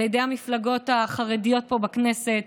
על ידי המפלגות החרדיות פה בכנסת.